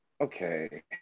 Okay